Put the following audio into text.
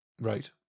right